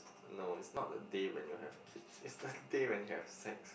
no it's not the day when you have kids it's the day when you have sex